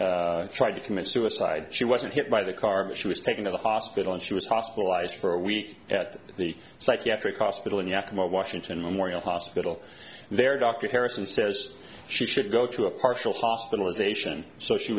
tried to commit suicide she wasn't hit by the car but she was taken to the hospital and she was hospitalized for a week at the psychiatric hospital in yakima washington memorial hospital there dr harrison says she should go through a partial hospitalization so she